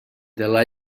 the